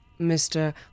Mr